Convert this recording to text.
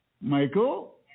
Michael